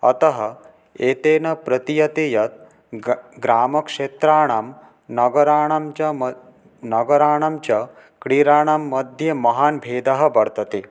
अतः एतेन प्रतीयते यत् ग्र ग्रामक्षेत्राणां नगराणाञ्च म नगराणाञ्च क्रीडानां मध्ये महान् भेदः वर्तते